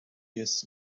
jest